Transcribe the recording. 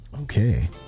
Okay